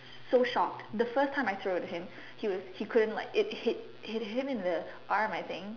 so shock the first time I throw it at him he was he couldn't like it hit hit him in the arm I think